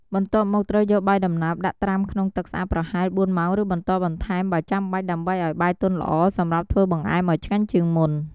បន្ទាប់មក ត្រូវយកបាយដំណើបដាក់ត្រាំក្នុងទឹកស្អាតប្រហែល ៤ ម៉ោង ឬបន្តបន្ថែមបើចាំបាច់ ដើម្បីឱ្យបាយទន់ល្អ សម្រាប់ធ្វើបង្អែមឱ្យឆ្ងាញ់ជាងមុន។